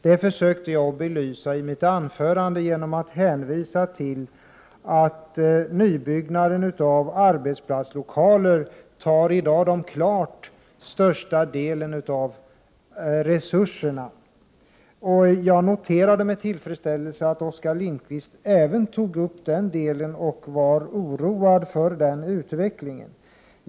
Detta försökte jag belysa i mitt tidigare anförande genom att hänvisa till att nybyggande av arbetslokaler i dag tar den klart största delen av resurserna. Jag noterade med tillfredsställelse att även Oskar Lindkvist tog upp den saken och att han var oroad över utvecklingen.